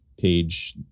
page